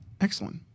Excellent